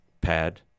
Pad